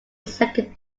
second